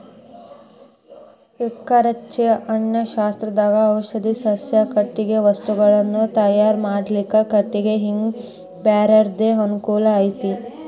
ಎಕಹಚ್ಚೆ ಅರಣ್ಯಶಾಸ್ತ್ರದಾಗ ಔಷಧಿ ಸಸ್ಯ, ಕಟಗಿ ವಸ್ತುಗಳನ್ನ ತಯಾರ್ ಮಾಡ್ಲಿಕ್ಕೆ ಕಟಿಗಿ ಹಿಂಗ ಬ್ಯಾರ್ಬ್ಯಾರೇ ಅನುಕೂಲ ಐತಿ